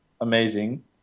amazing